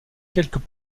quelques